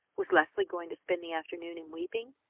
was leslie going to spend the afternoon in weeping?